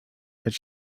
that